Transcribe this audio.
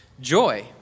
Joy